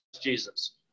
Jesus